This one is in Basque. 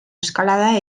eskalada